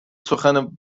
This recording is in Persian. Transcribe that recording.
سخن